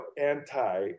anti